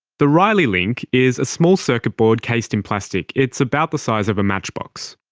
the rileylink is a small circuit board cased in plastic, it's about the size of a matchbox.